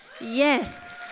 Yes